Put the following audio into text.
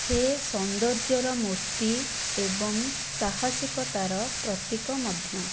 ସେ ସୌନ୍ଦର୍ଯ୍ୟର ମୂର୍ତ୍ତି ଏବଂ ସାହସିକତାର ପ୍ରତୀକ ମଧ୍ୟ